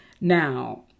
Now